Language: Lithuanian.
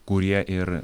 kurie ir